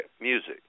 music